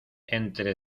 entre